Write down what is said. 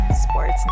Sports